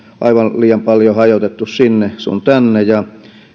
aivan liian paljon hajotettu sinne sun tänne ja